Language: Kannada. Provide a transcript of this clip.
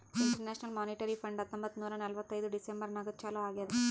ಇಂಟರ್ನ್ಯಾಷನಲ್ ಮೋನಿಟರಿ ಫಂಡ್ ಹತ್ತೊಂಬತ್ತ್ ನೂರಾ ನಲ್ವತ್ತೈದು ಡಿಸೆಂಬರ್ ನಾಗ್ ಚಾಲೂ ಆಗ್ಯಾದ್